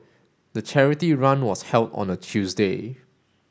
the charity run was held on a Tuesday